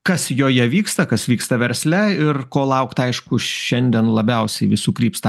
kas joje vyksta kas vyksta versle ir ko laukt aišku šiandien labiausiai visų krypsta